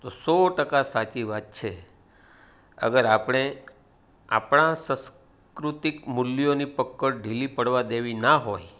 તો સો ટકા સાચી વાત છે અગર આપણે આપણા સંસ્કૃતિક મૂલ્યોની પકડ ઢીલી પડવા દેવી ના હોય